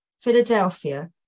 Philadelphia